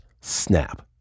snap